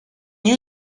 you